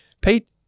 Pete